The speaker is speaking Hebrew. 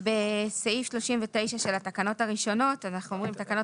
בסעיף 39 של התקנות הראשונות אנחנו אומרים: 39. תקנות